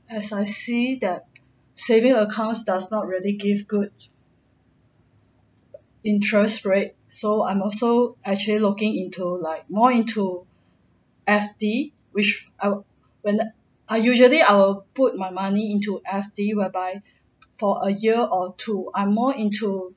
as I see that saving account does not really give good interest rate so I'm also actually looking into like more into F_D which I would when there I usually I'll put my money into F_D whereby for a year or two I'm more into